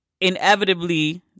inevitably